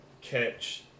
catch